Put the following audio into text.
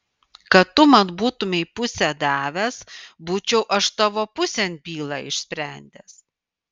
kad tu man būtumei pusę davęs būčiau aš tavo pusėn bylą išsprendęs